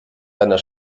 deiner